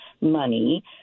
money